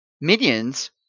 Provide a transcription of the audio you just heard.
minions